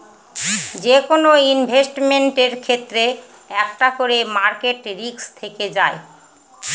যেকোনো ইনভেস্টমেন্টের ক্ষেত্রে একটা করে মার্কেট রিস্ক থেকে যায়